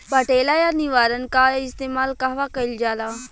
पटेला या निरावन का इस्तेमाल कहवा कइल जाला?